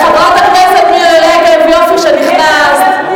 חברת הכנסת מירי רגב, יופי שנכנסת.